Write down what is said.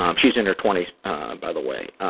um she's in her twenty s by the way.